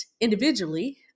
individually